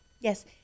Yes